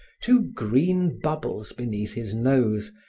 two green bubbles beneath his nose,